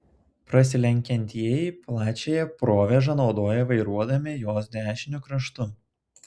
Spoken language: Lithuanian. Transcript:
prasilenkiantieji plačiąją provėžą naudoja vairuodami jos dešiniu kraštu